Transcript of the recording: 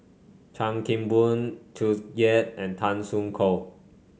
Chan Kim Boon Tsung Yeh and Tan Soo Khoon